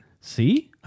See